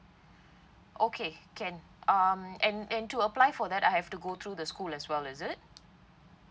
okay can um and and to apply for that I have to go through the school as well is it